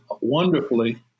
wonderfully